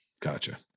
Gotcha